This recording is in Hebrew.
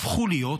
או הפכו להיות,